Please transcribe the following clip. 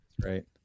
Right